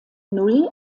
null